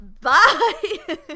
Bye